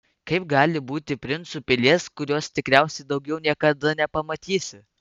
kaip gali būti princu pilies kurios tikriausiai daugiau niekada nepamatysi